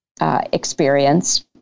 experience